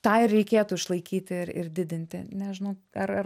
tą ir reikėtų išlaikyti ir ir didinti nežinau ar ar